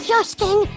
Justin